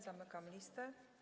Zamykam listę.